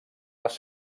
les